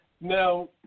Now